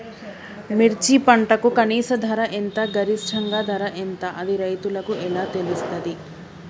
మిర్చి పంటకు కనీస ధర ఎంత గరిష్టంగా ధర ఎంత అది రైతులకు ఎలా తెలుస్తది?